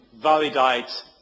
validate